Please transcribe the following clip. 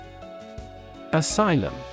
Asylum